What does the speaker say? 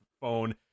phone